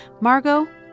Margot